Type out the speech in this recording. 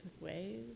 ways